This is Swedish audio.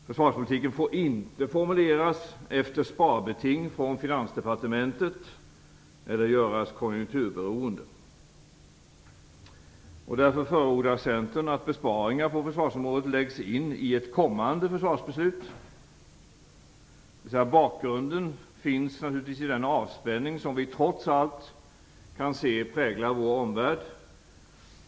Försvarspolitiken får inte formuleras efter sparbeting från Finansdepartementet eller göras konjunkturberoende. Därför förordar Centern att besparingar på försvarsområdet läggs in i ett kommande försvarsbeslut. Bakgrunden finns alltså naturligtvis i den avspänning som vi trots allt kan se präglar vår omvärld.